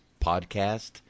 podcast